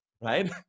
right